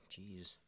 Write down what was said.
jeez